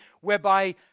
whereby